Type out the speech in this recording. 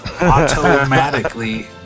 automatically